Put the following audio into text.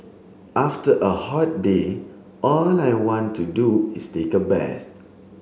after a hot day all I want to do is take a bath